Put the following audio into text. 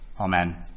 Amen